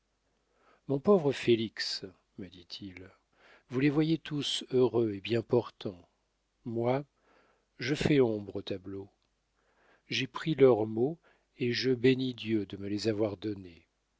mon pauvre félix me dit-il vous les voyez tous heureux et bien portants moi je fais ombre au tableau j'ai pris leurs maux et je bénis dieu de me les avoir donnés